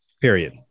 Period